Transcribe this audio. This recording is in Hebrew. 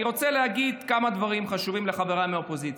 אני רוצה להגיד כמה דברים חשובים לחבריי מהאופוזיציה.